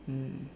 mm